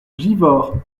givors